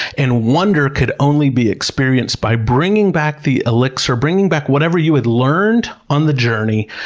and wonder could only be experienced by bringing back the elixir, bringing back whatever you had learned on the journey,